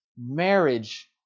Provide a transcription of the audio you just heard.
marriage